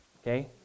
Okay